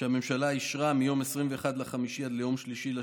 שהממשלה אישרה מיום 21 במאי עד ליום 3 ביוני.